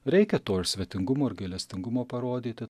reikia to ir svetingumo ir gailestingumo parodyti